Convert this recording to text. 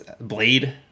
Blade